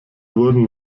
wurden